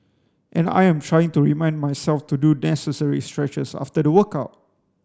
and I am trying to remind myself to do necessary stretches after the workout